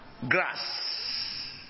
Grass